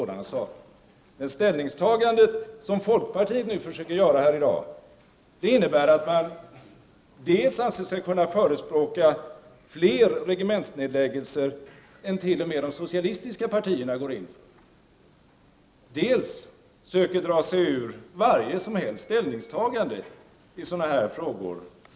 Det ställningstagande som folkpartiet försöker göra här innebär att man dels anser sig kunna förespråka fler regementsnedläggelser än t.o.m. de socialistiska partierna går in för, dels söker dra sig ur varje som helst ställningstagande i sådana här frågor.